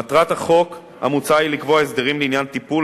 מטרת החוק המוצע היא לקבוע הסדרים לעניין טיפול